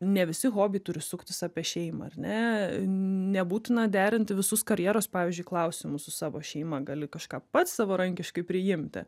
ne visi hobiai turi suktis apie šeimą ar ne nebūtina derinti visus karjeros pavyzdžiui klausimus su savo šeima gali kažką pats savarankiškai priimti